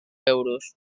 euros